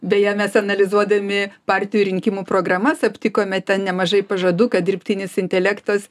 beje mes analizuodami partijų rinkimų programas aptikome ten nemažai pažadų kad dirbtinis intelektas